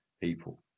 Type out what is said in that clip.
people